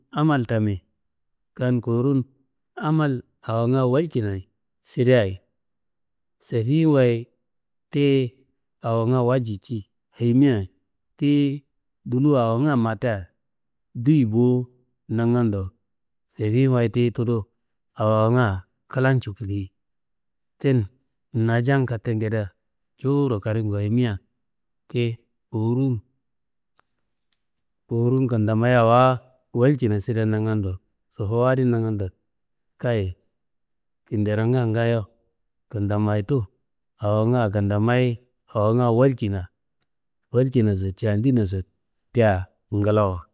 Amal tami, kan kowurun amal awonga walcinaye sideayei, sefiyiwaye tiyi awonga walji ci, ayimia tiyi duluwu awonga matta duyi bo nangando sefiyiwaye tiyi tudu, awonga klan cutuluyi, tin najan kattenguedea joworo karingu ayimia, tiyi kowurun kowurun kendamayi awa walcina side nangando, sofowo adi nangando, kayi kinderonga ngaayo kendamayitu awonga kendamayi awonga walcina, walcinaso cadinaso te nglawo.